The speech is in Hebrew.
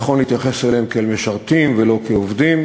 נכון להתייחס אליהם כאל משרתים ולא כאל עובדים,